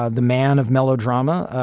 ah the man of melodrama,